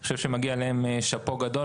אני חושב שמגיע להם שאפו גדול,